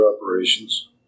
operations